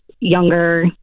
younger